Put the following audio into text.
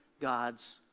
God's